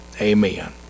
Amen